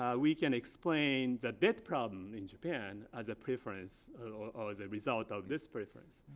um we can explain the debt problem in japan as a preference or ah as a result of this preference.